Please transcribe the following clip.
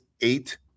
eight